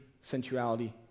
sensuality